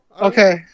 Okay